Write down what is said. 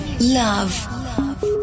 love